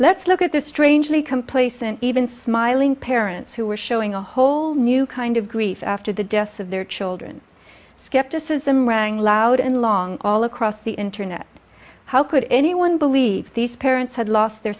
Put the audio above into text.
let's look at the strangely complacent even smiling parents who are showing a whole new kind of grief after the deaths of their children skepticism rang loud and long all across the internet how could anyone believe these parents had lost their